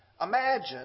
Imagine